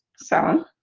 so